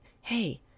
hey